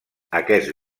aquest